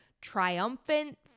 triumphant